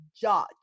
judge